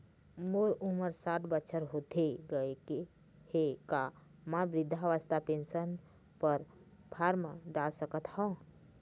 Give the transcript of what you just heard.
मोर उमर साठ बछर होथे गए हे का म वृद्धावस्था पेंशन पर फार्म डाल सकत हंव?